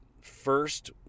first